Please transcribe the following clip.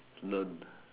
learn